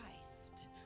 Christ